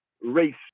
race